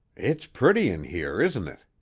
it's pretty in here, isn't it?